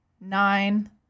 nine